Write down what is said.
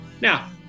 Now